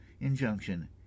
injunction